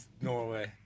Norway